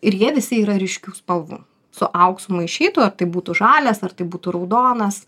ir jie visi yra ryškių spalvų su auksu maišytų ar tai būtų žalias ar tai būtų raudonas